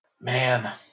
Man